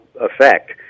effect